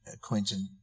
Quentin